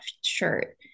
shirt